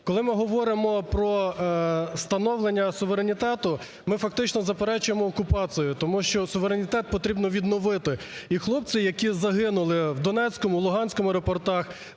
Коли ми говоримо про становлення суверенітету, ми фактично заперечуємо окупацію, тому що суверенітет потрібно відновити. І хлопці, які загинули в донецькому, луганському аеропортах,